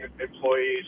employees